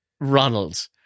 Ronald